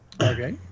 okay